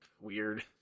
Weird